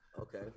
Okay